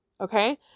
Okay